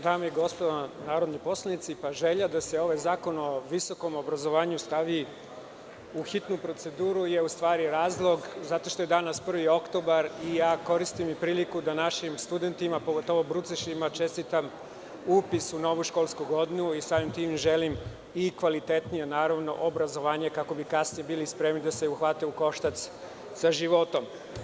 Dame i gospodo narodni poslanici, želja da se ovaj zakon o visokom obrazovanju stavi u hitnu proceduru je u stvari razlog zato što je danas 1. oktobar i koristim priliku kuda našim studentima, pogotovo brucošima čestitam upis u novu školsku godinu i samim tim im želim kvalitetnije obrazovanje kako bi kasnije bili spremni da se uhvate u koštac sa životom.